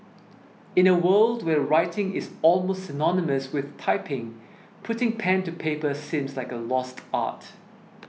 in a world where writing is almost synonymous with typing putting pen to paper seems like a lost art